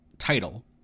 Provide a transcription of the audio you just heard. Title